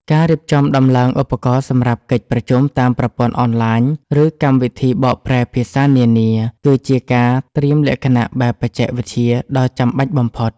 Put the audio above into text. ការរៀបចំដំឡើងឧបករណ៍សម្រាប់កិច្ចប្រជុំតាមប្រព័ន្ធអនឡាញ ឬ កម្មវិធីបកប្រែភាសានានា គឺជាការត្រៀមលក្ខណៈបែបបច្ចេកវិទ្យាដ៏ចាំបាច់បំផុត។